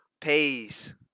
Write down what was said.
pays